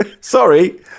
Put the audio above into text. Sorry